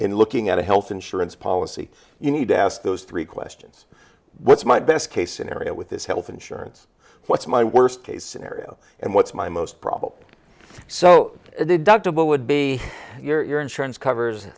in looking at a health insurance policy you need to ask those three questions what's my best case scenario with this health insurance what's my worst case scenario and what's my most probable so the doctor who would be your insurance covers